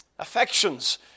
affections